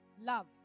love